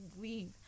leave